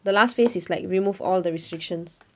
the last phase is like remove all the restrictions